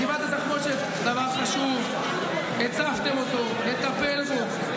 גבעת התחמושת, דבר חשוב, הצפתם אותו, נטפל בו.